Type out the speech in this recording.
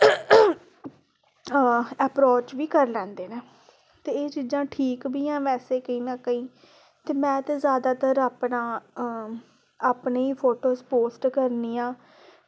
approach बी करी लैंदे न ते एह् चीज़ां ठीक बी हैन कुदै ना कुदै कोई ते में ते जादैतर अपना अपनी फोटोज़ पोस्ट करनी आं